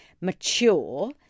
Mature